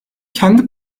kendi